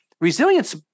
resilience